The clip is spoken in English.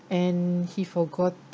and he forgot